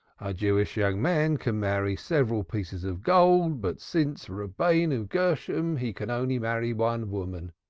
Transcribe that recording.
jewish young man can marry several pieces of gold, but since rabbenu gershom he can only marry one woman,